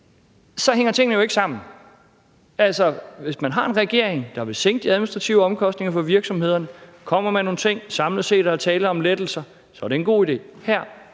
så hænger tingene jo ikke sammen. Altså, hvis man har en regering, der vil sænke de administrative omkostninger for virksomhederne, og som kommer med nogle ting, hvor der samlet set er tale om lettelser, så er det en god idé. Her